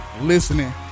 listening